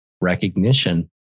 recognition